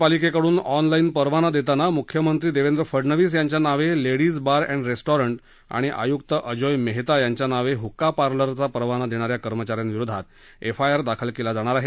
पालिकेकडून ऑनलाइन परवाना देताना मुख्यमक्तीदेवेंद्र फडनवीस याच्या नावे लेडीज बार अँड रेस्टॉर्ट आणि आयुक्त अजोय मेहता याध्वा नावे हुक्का पार्लरचा परवाना देणाऱ्या कर्मचाऱ्याक्रिरोधात एफआयआर दाखल केला जाणार आहे